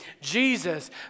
Jesus